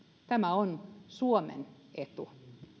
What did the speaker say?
tämä on suomen etu